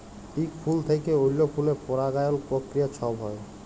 ইক ফুল থ্যাইকে অল্য ফুলে পরাগায়ল পক্রিয়া ছব হ্যয়